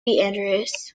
andrews